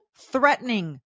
threatening